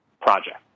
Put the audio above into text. project